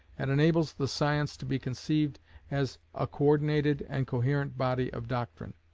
and enables the science to be conceived as a co-ordinated and coherent body of doctrine.